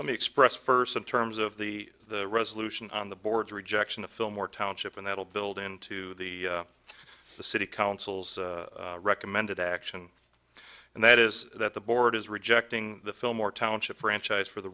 let me express first in terms of the resolution on the board's rejection of fillmore township and that will build into the the city council's recommended action and that is that the board is rejecting the fillmore township franchise for the